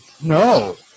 No